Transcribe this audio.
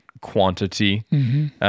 quantity